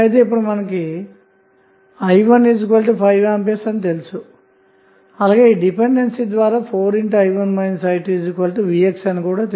ఇప్పుడు i15A అని మనకు తెలుసు అలాగే డిపెండెన్సీ ద్వారా 4i1 i2vx అని కూడా తెలుసు